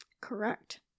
Correct